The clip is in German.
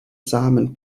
samen